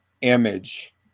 image